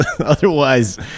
Otherwise